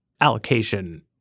allocation